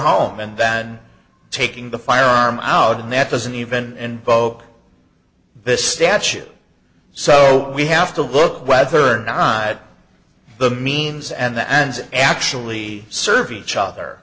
home and then taking the firearm out and that doesn't even boke this statute so we have to look at whether or not the means and the ends actually serve each other